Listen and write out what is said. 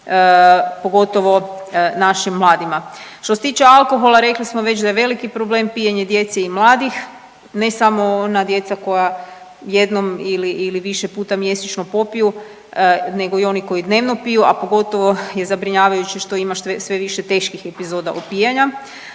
pogotovo našim mladima. Što se tiče alkohola, rekli smo već da je veliki problem pijenje djece i mladih, ne samo ona djeca koja jednom ili, ili više puta mjesečno popiju, nego i oni koji dnevno piju, a pogotovo je zabrinjavajuće što ima sve više teških epizoda opijanja.